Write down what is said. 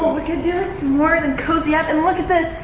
smores and cozy up. and look at this.